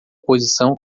posição